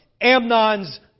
Amnon's